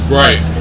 right